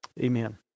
Amen